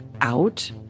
out